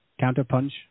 Counterpunch